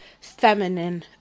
feminine